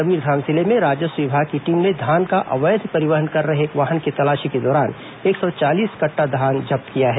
कबीरधाम जिले में राजस्व विभाग की टीम ने धान का अवैध परिवहन कर रहे एक वाहन की तलाशी के दौरान एक सौ चालीस कट्टा धान जब्त किया है